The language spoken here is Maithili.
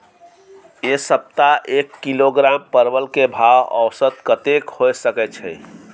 ऐ सप्ताह एक किलोग्राम परवल के भाव औसत कतेक होय सके छै?